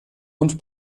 und